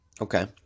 Okay